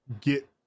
get